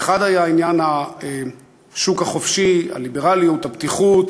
האחד היה עניין השוק החופשי, הליברליות, הפתיחות,